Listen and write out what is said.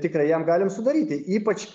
tikrai jam galim sudaryti ypač